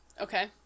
okay